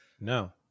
no